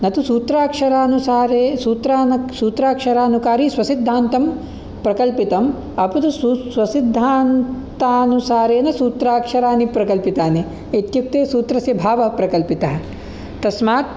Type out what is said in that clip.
न तु सूत्राक्षरानुसारे सूत्रान सूत्राक्षारानुकारी स्वसिद्धान्तं प्रकल्पितम् अपि तु सु स्वसिद्धान्तानुसारेन सूत्राक्षरानि प्रकल्पितानि इत्युक्ते सूत्रस्य भावः प्रकल्पितः तस्मात्